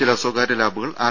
ചില സ്വകാര്യ ലാബുകൾ ആർ